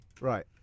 Right